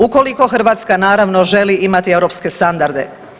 Ukoliko Hrvatska naravno želi imati europske standarde.